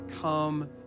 come